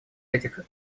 этих